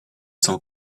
s’en